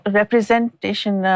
representation